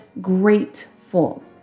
grateful